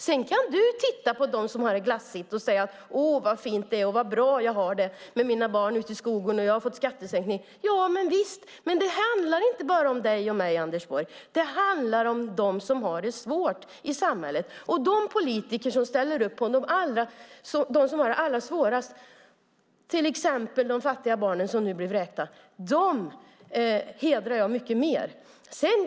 Sedan kan du titta på dem som har det glassigt och säga: Oj, vad fint det är. Vad bra jag har det med mina barn ute i skogen, och jag har fått en skattesänkning. Ja, visst, men det handlar inte bara om dig och mig, Anders Borg. Det handlar om dem som har det svårt i samhället. De politiker som ställer upp på dem som har det allra svårast, till exempel de fattiga barn som blir vräkta, hedrar jag mycket mer.